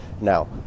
Now